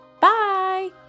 Bye